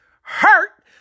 hurt